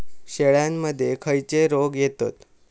शेळ्यामध्ये खैचे रोग येतत?